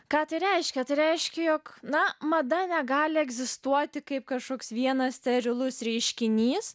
ką tai reiškia tai reiškia jog na mada negali egzistuoti kaip kažkoks vienas sterilus reiškinys